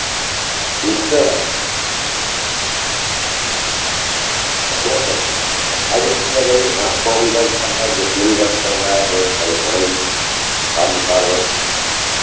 नमस्कार हाथ पाँव में दर्द कर रहा है घुठने में दर्द कर रहा है बहुत परेशान हूँ बुखार वुखार